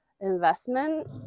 investment